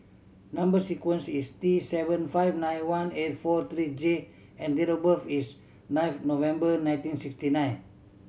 number sequence is T seven five nine one eight four three J and date of birth is ninth November nineteen sixty nine